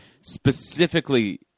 specifically